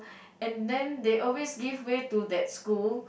and then they always give way to that school